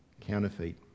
Counterfeit